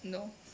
no